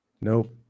Nope